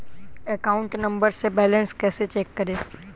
Account number से balance कैसे check करें?